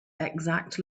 exact